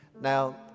Now